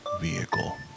vehicle